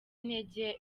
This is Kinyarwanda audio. intege